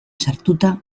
sartuta